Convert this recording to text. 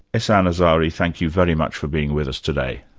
ehsan azari, thank you very much for being with us today.